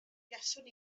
buaswn